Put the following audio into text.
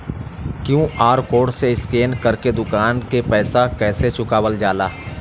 QR code से scan कर के दुकान के पैसा कैसे चुकावल जाला?